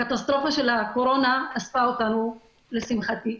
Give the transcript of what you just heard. הקטסטרופה של הקורונה אספה אותנו, לשמחתי,